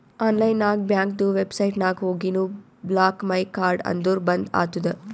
online ನಾಗ್ ಬ್ಯಾಂಕ್ದು website ನಾಗ್ ಹೋಗಿನು ಬ್ಲಾಕ್ ಮೈ ಕಾರ್ಡ್ ಅಂದುರ್ ಬಂದ್ ಆತುದ